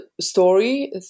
story